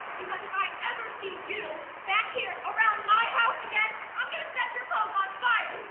because if i ever see you back here around my house again, i'm gonna set your clothes on fire.